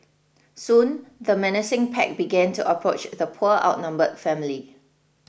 soon the menacing pack began to approach the poor outnumbered family